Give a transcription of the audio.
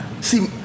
See